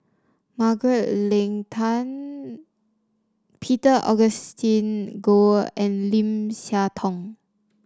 Margaret Leng Tan Peter Augustine Goh and Lim Siah Tong